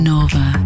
Nova